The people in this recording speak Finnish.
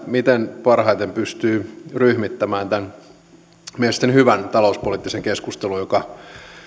miten parhaiten pystyy ryhmittämään tämän mielestäni hyvän talouspoliittisen keskustelun joka